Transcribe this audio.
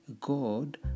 God